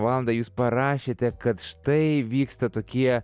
valandą jūs parašėte kad štai vyksta tokie